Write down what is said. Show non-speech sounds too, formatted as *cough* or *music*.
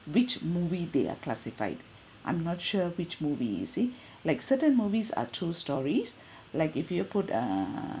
which movie they are classified I'm not sure which movie you see *breath* like certain movies are true stories *breath* like if you put uh